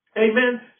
amen